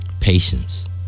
Patience